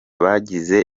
bagize